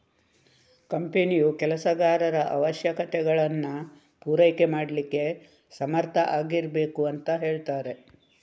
ಕಂಪನಿಯು ಕೆಲಸಗಾರರ ಅವಶ್ಯಕತೆಗಳನ್ನ ಪೂರೈಕೆ ಮಾಡ್ಲಿಕ್ಕೆ ಸಮರ್ಥ ಆಗಿರ್ಬೇಕು ಅಂತ ಹೇಳ್ತಾರೆ